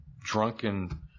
drunken